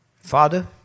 Father